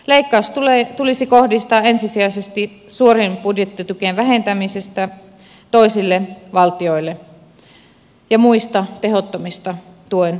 leikkaus tulisi kohdistaa ensisijaisesti suorien budjettitukien ja muiden tehottomien tuen muotojen vähentämiseen toisille valtioille